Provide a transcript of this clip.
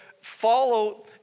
follow